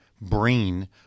brain